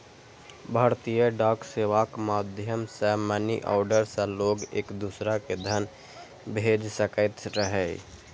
भारतीय डाक सेवाक माध्यम सं मनीऑर्डर सं लोग एक दोसरा कें धन भेज सकैत रहै